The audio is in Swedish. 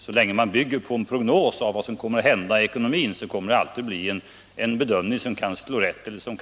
Så länge man bygger på en prognos om vad som kommer att hända inom ekonomin blir det alltid en bedömning som kan slå rätt eller fel.